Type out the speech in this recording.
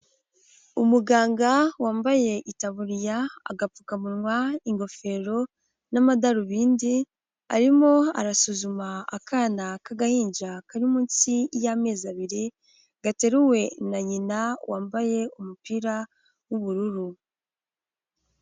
Umuganga wambaye itaburiya, agapfukamunwa, ingofero n'amadarubindi, arimo arasuzuma akana k'agahinja kari munsi y'amezi abiri gateruwe na nyina wambaye umupira w'ubururu.